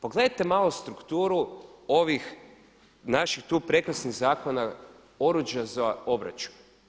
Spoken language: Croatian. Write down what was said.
Pogledajte malo strukturu ovih naših tu prekrasnih zakona, oruđa za obračun.